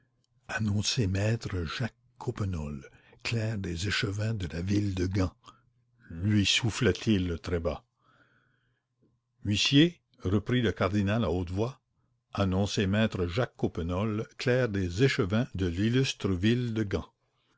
annoncez maître jacques coppenole clerc des échevins de la ville de gand lui souffla-t-il très bas huissier reprit le cardinal à haute voix annoncez maître jacques coppenole clerc des échevins de l'illustre ville de gand